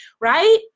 right